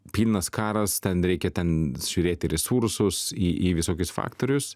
pilnas karas ten reikia ten žiūrėti resursus į į visokius faktorius